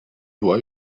była